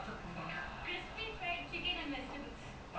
like you know my friend right you know charan இருக்கால:irukkaala